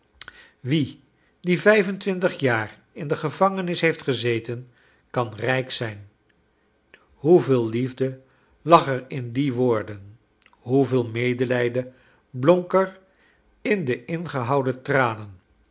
wie die vrjfentwintig jaar in de gevangenis heeft gezeten kan rijk zijn v hoeveel liefde lag er in die woorden hoeveel medelijden blonk er in de ingehouden tranen